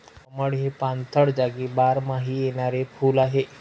कमळ हे पाणथळ जागी बारमाही येणारे फुल आहे